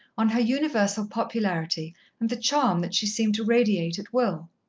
on her universal popularity and the charm that she seemed to radiate at will.